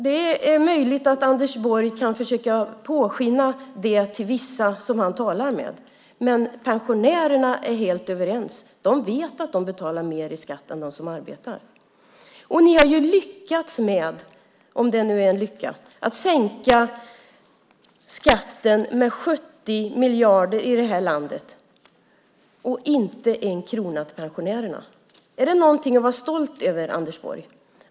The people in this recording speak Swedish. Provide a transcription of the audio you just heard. Det är möjligt att Anders Borg kan försöka påskina det för vissa som han talar med, men pensionärerna är helt överens: De vet att de betalar mer i skatt än de som arbetar. Ni har ju lyckats - om det nu är lyckat - sänka skatten med 70 miljarder - och inte en krona till pensionärerna. Är det något att vara stolt över, Anders Borg?